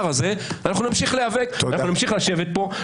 הזה אנחנו נמשיך להיאבק ונמשיך לשבת כאן.